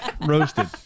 Roasted